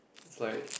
is like